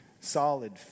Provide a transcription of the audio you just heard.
solid